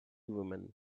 woman